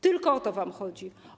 Tylko o to wam chodzi.